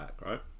right